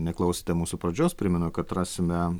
neklausėte mūsų pradžios primenu kad rasime